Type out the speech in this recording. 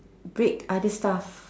break other stuff